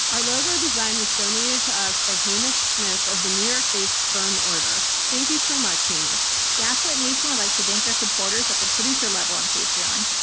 our logo design was donated to us by hamish smyth of the new york based firm order. thank you so much, hamish. gaslit nation would like to thank our supporters at the producer level on patreon.